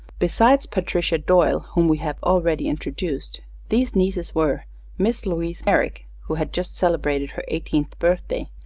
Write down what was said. besides patricia doyle, whom we have already introduced, these nieces were miss louise merrick, who had just celebrated her eighteenth birthday,